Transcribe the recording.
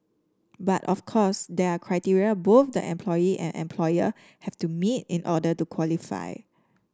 but of course there are criteria both the employee and employer have to meet in order to qualify